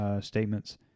statements